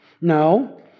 No